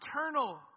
eternal